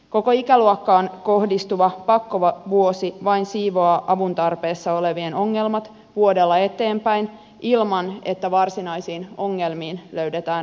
koko ikäluokkaan kohdistuva pakkovuosi vain siivoaa avuntarpeessa olevien ongelmat vuodella eteenpäin ilman että varsinaisiin ongelmiin löydetään ratkaisuja